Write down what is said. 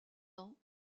ans